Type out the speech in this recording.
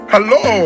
Hello